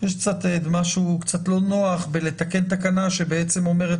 יש משהו קצת לא נוח בלתקן תקנה שבעצם אומרת